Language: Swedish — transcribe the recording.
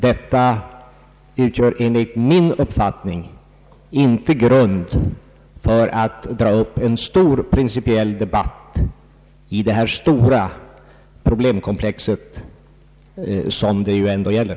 Det utgör enligt min uppfattning inte tillräcklig grund för att dra upp en stor principiell debatt i det omfattande problemkomplex som det ju ändå gäller.